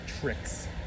tricks